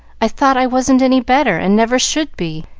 i thought i wasn't any better, and never should be,